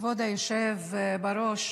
כבוד היושב בראש,